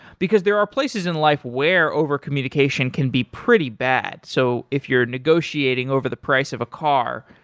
because there are places in life where over communication can be pretty bad. so if you're negotiating over the price of a car,